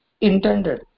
intended